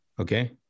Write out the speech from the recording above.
Okay